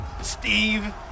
Steve